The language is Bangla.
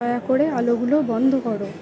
দয়া করে আলোগুলো বন্ধ করো